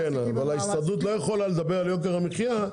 אבל ההסתדרות לא יכולה לדבר על יוקר המחיה,